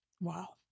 Wow